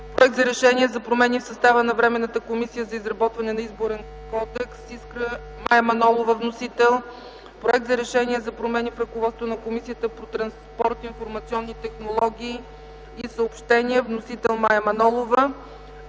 Проект за решение за промени в състава на Временната комисия за изработване на Изборен кодекс. Вносител – Мая Манолова. Проект за решение за промени в ръководството на Комисията по транспорта, информационни технологии и съобщения. Вносител – Мая Манолова.